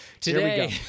Today